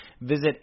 Visit